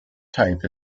type